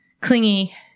clingy